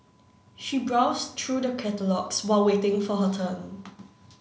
she browsed through the catalogues while waiting for her turn